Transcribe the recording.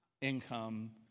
income